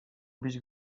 bić